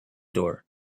door